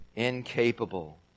Incapable